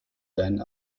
deinen